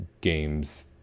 games